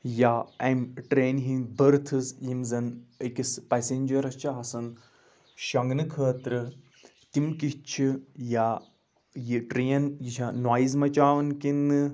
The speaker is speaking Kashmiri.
یا اَمہِ ٹرٛینہِ ہِنٛدۍ بٔرتھٕز یِم زَن أکِس پَسنجَرَس چھِ آسان شۄنٛگنہٕ خٲطرٕ تِم کِتھ چھِ یا یہِ ٹرٛین یہِ چھا نویِز مَچاوان کِنہٕ